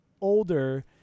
older